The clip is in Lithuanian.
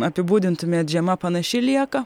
apibūdintumėt žiema panaši lieka